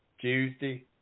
Tuesday